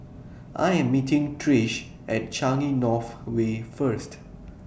I Am meeting Trish At Changi North Way First